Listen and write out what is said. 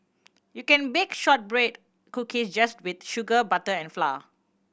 you can bake shortbread cookies just with sugar butter and flour